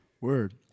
Word